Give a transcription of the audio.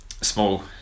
Small